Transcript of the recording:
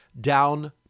down